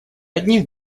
одних